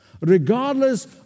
regardless